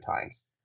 times